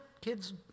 kids